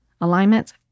alignment